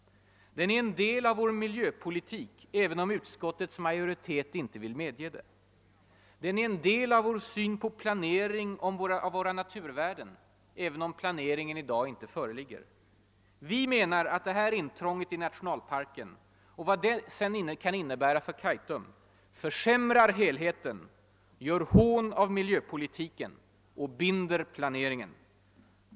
Den är en del av vår miljöpolitik, även om utskottets majoritet inte vill medge det. Den är en del av vår syn på planeringen av vår naturvärld, även om planeringen i dag inte föreligger. Vi menar att detta intrång i nationalparken, och vad det sedan kan innebära för Kaitum, försämrar helheten, gör hån av miljöpolitiken och binder planeringen.